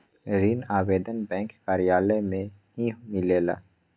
ऋण आवेदन बैंक कार्यालय मे ही मिलेला?